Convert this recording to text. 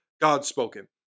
God-spoken